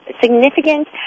significant